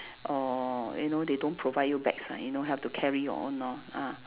or you know they don't provide you bags ah you know have to carry your own lor ah